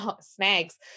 snags